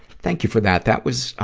thank you for that. that was,